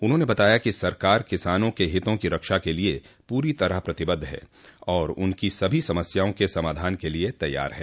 उन्होंने कहा कि सरकार किसानों के हितों की रक्षा के लिए पूरी तरह प्रतिबद्ध है और उनकी सभी समस्याओं के समाधान के लिए तैयार है